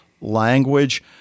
language